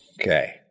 Okay